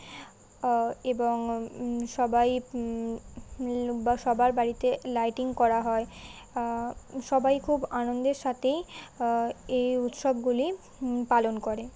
এবং সবাই বা সবার বাড়িতে লাইটিং করা হয় সবাই খুব আনন্দের সাথেই এই উৎসবগুলি পালন করে